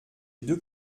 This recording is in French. deux